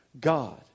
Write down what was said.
God